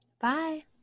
Bye